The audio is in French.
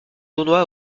tournoi